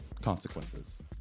consequences